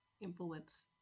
influence